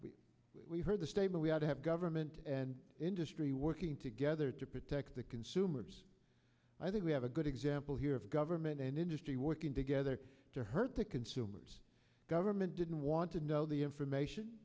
before we heard the statement we had to have government and industry working together to protect the consumers i think we have a good example here of government and industry working together to hurt the consumers government didn't want to know the information